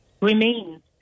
remains